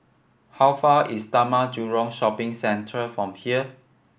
how far is Taman Jurong Shopping Centre from here